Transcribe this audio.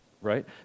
right